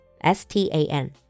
S-T-A-N